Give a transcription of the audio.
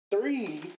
three